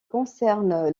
concerne